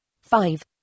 five